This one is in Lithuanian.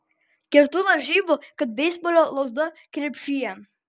kertu lažybų kad beisbolo lazda krepšyje